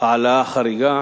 העלאה חריגה,